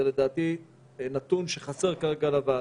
זה לדעתי נתון שחסר כרגע לוועדה.